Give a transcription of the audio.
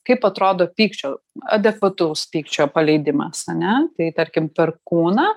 kaip atrodo pykčio adekvataus pykčio paleidimas ane tai tarkim per kūną